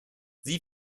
sie